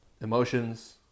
emotions